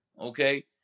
Okay